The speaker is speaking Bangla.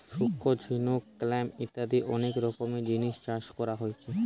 শঙ্খ, ঝিনুক, ক্ল্যাম ইত্যাদি অনেক রকমের জিনিস চাষ কোরা হচ্ছে